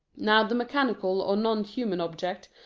now the mechanical or non-human object,